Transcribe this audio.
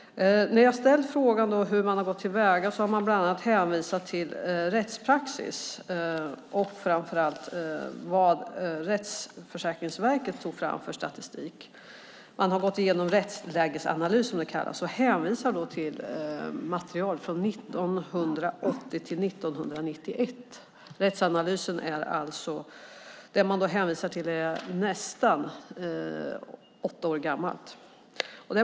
När jag har ställt frågan om hur man har gått till väga har man bland annat hänvisat till rättspraxis, framför allt den statistik som Riksförsäkringsverket har tagit fram. Man har gått igenom rättslägesanalys, som det kallas, och hänvisar till material från 1980-1991. Det material man hänvisar till är alltså nästan 18 år gammalt.